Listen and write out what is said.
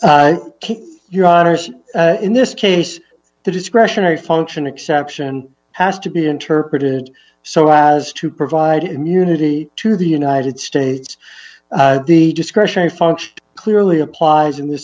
honors in this case the discretionary function exception has to be interpreted so as to provide immunity to the united states the discretionary function clearly applies in th